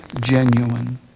genuine